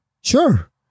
sure